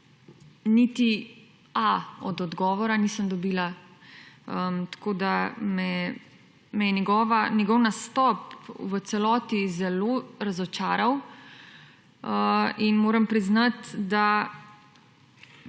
niti a od odgovora nisem dobila, tako da me je njegov nastop v celoti zelo razočaral in moram priznati, da